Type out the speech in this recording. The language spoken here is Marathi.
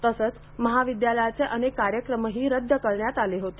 तसंच महाविद्यालयाचे अनेक कार्यक्रम ही रद्द करण्यात आले होते